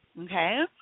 okay